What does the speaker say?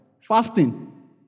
Fasting